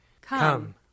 Come